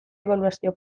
ebaluazio